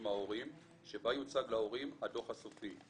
בה יוצג להורים הדו"ח הסופי.